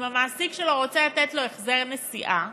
אם המעסיק שלו רוצה לתת לו החזר נסיעה,